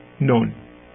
known